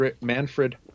Manfred